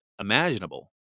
Imaginable